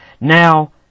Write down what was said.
now